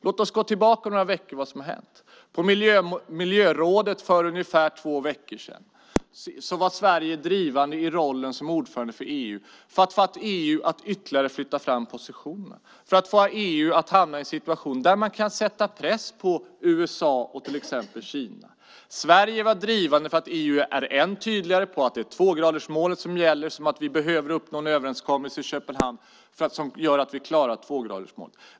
Låt oss gå tillbaka några veckor i tiden och se vad som har hänt. På miljörådet för ungefär två veckor sedan var Sverige drivande i rollen som ordförande för EU för att få EU att ytterligare flytta fram positionerna och för att få EU att hamna i en situation där man kan sätta press på till exempel USA och Kina. Sverige var drivande såväl för att EU är ännu tydligare med att det är tvågradersmålet som gäller som för att vi behöver uppnå en överenskommelse i Köpenhamn som gör att vi klarar detta mål.